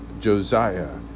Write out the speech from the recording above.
Josiah